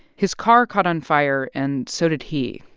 his car caught on fire and so did he.